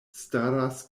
staras